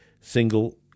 single